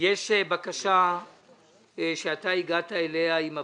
יש בקשה שאתה הגעת אליה עם הוועד.